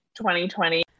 2020